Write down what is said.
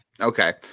Okay